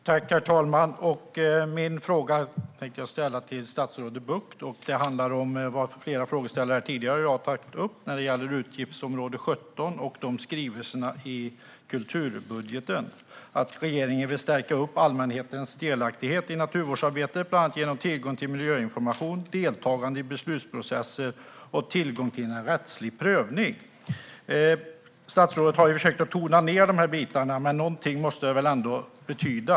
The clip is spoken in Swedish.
Herr talman! Jag tänkte ställa min fråga till statsrådet Bucht. Den handlar om något som flera tidigare frågeställare tagit upp och gäller utgiftsområde 17 och skrivningen i kulturbudgeten om att regeringen vill stärka allmänhetens delaktighet i naturvårdsarbetet bland annat genom tillgång till miljöinformation, deltagande i beslutsprocesser och tillgång till rättslig prövning. Statsrådet har försökt tona ned de här bitarna, men någonting måste det väl ändå betyda.